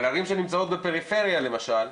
אבל ערים שנמצאות בפריפריה למשל,